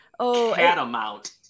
catamount